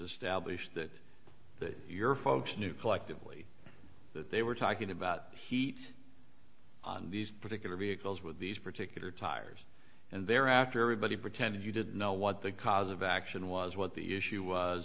established that your folks knew collectively that they were talking about heat on these particular vehicles with these particular tires and they're after everybody pretended you didn't know what the cause of action was what the issue was